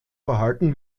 verhalten